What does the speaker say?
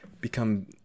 become